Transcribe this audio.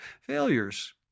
failures